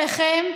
אליכם,